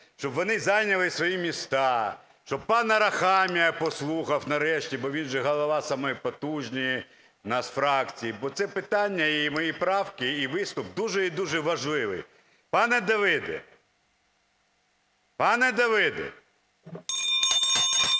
щоб вони зайняли свої місця, щоб пан Арахамія послухав нарешті, бо він же голова самої потужної у нас фракції. Бо це питання, і мої правки, і виступ дуже і дуже важливі. Пане Давиде, пане Давиде!